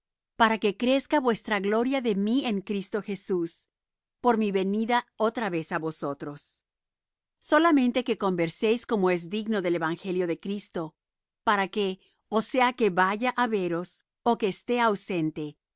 para que crezca vuestra gloria de mí en cristo jesús por mi venida otra vez á vosotros solamente que converséis como es digno del evangelio de cristo para que ó sea que vaya á veros ó que esté ausente